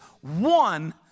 one